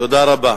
תודה רבה.